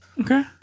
Okay